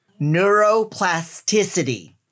Neuroplasticity